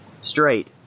straight